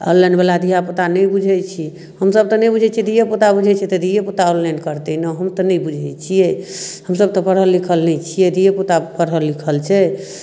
ऑनलाइनवला धिआपुता नहि बुझै छी हमसभ तऽ नहि बुझै छिए धिएपुता बुझै छै तऽ धिएपुता ऑनलाइन करतै ने हम तऽ नहि बुझै छिए हमसभ तऽ पढ़ल लिखल नहि छिए धिएपुता पढ़ल लिखल छै